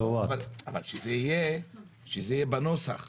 אבל שזה יהיה בנוסח.